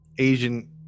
Asian